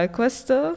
questo